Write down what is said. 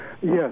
Yes